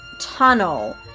tunnel